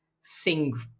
sing